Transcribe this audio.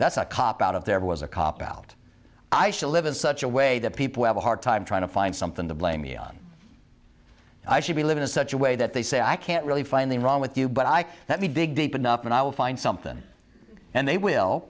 that's a cop out of there was a cop out i still live in such a way that people have a hard time trying to find something to blame me on i should be living in such a way that they say i can't really find the wrong with you but i let me dig deep enough and i will find something and they will